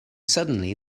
suddenly